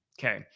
Okay